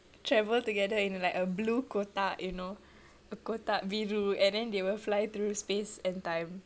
travel together in like a blue kotak you know a kotak biru and then they will fly through space and time